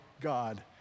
God